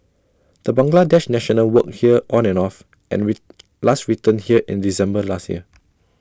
the Bangladesh national worked here on and off and last returned here in December last year